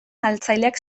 galtzaileak